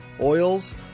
oils